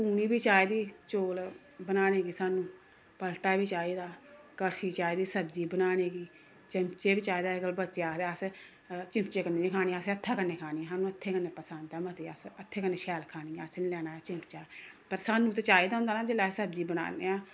पूनी बी चाहिदी चौल बनाने गी सानूं पलटा बी चाहिदा कड़शी चाहिदी सब्जी बनाने गी चिम्मचे बी चाहिदे अज्जकल बच्चे आखदे अस चिम्मचे कन्नै निं खानी असें हत्थें कन्नै खानी सानूं हत्थें कन्नै पसंद ऐ मते अस हत्थें कन्नै शैल खानी ऐ असें निं लैना ऐ चिम्मचा पर सानूं ते चाहिदा होंदा ना जेल्लै अस सब्जी बनाने आं